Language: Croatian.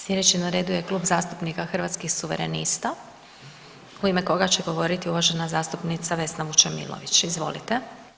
Sljedeći na redu je Klub zastupnika Hrvatskih suverenista u ime koga će govoriti uvažena zastupnica Vesna Vučemilović, izvolite.